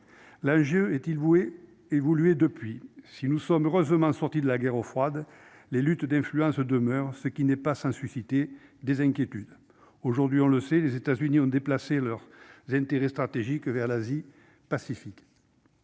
L'enjeu a-t-il évolué depuis ? Si nous sommes heureusement sortis de la guerre froide, les luttes d'influence demeurent, ce qui n'est pas sans susciter des inquiétudes. Aujourd'hui, on le sait, les États-Unis ont déplacé leurs intérêts stratégiques vers la zone Asie-Pacifique.